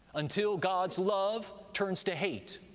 until god's love turns to hate,